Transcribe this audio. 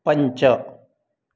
पञ्च